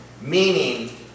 Meaning